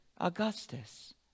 Augustus